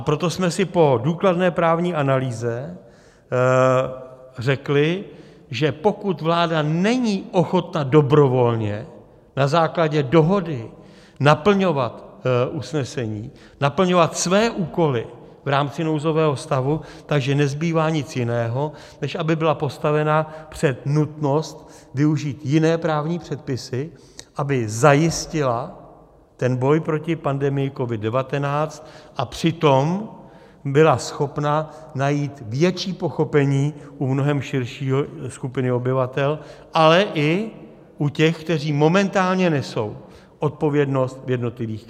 Proto jsme si po důkladné právní analýze řekli, že pokud vláda není ochotna dobrovolně na základě dohody naplňovat usnesení, naplňovat své úkoly v rámci nouzového stavu, tak že nezbývá nic jiného, než aby byla postavena před nutnost využít jiné právní předpisy, aby zajistila boj proti pandemii COVID19 a přitom byla schopna najít větší pochopení u mnohem širší skupiny obyvatel, ale i u těch, kteří momentálně nesou odpovědnost v jednotlivých krajích.